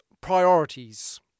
priorities